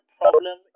problem